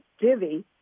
divvy